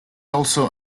also